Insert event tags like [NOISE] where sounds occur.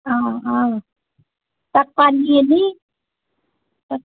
তাক তানি আনি [UNINTELLIGIBLE]